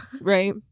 Right